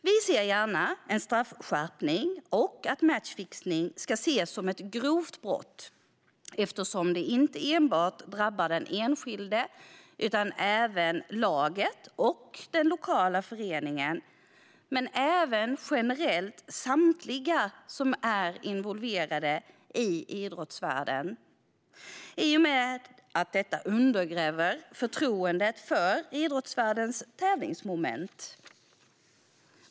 Vi ser gärna en straffskärpning och att matchfixning ska ses som ett grovt brott eftersom det inte enbart drabbar den enskilde utan även laget och den lokala föreningen. Men det gäller även generellt samtliga som är involverade i idrottsvärlden i och med att matchfixning undergräver förtroendet för idrottsvärldens tävlingsmoment.